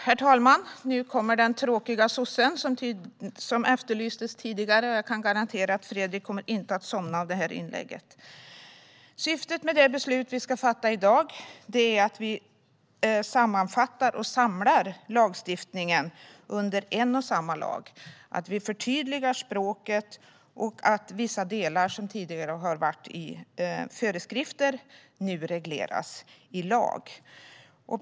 Herr talman! Nu kommer den tråkiga sossen som efterlystes tidigare. Jag kan garantera att Fredrik inte kommer att somna av det här inlägget. Syftet med det beslut vi ska fatta i dag är att sammanfatta och samla lagstiftningen i en och samma lag. Vi förtydligar språket, och vissa delar som tidigare reglerades i föreskrifter regleras nu i lag.